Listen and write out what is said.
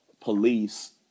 police